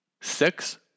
Six